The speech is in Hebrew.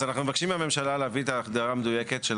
אז אנחנו מבקשים מהממשלה להביא את ההגדרה המדויקת של